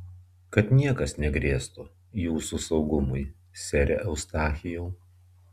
kad niekas negrėstų jūsų saugumui sere eustachijau